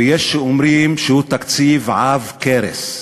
ויש אומרים שהוא תקציב עב כרס?